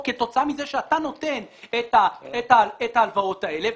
כתוצאה מזה שאתה נותן את ההלוואות האלה,